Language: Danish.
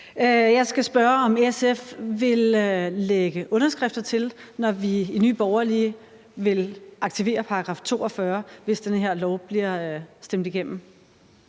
Jeg skal spørge, om SF vil lægge underskrifter til, når vi i Nye Borgerlige vil aktivere § 42, hvis det her lovforslag bliver stemt igennem.